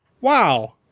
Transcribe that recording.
Wow